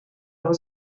over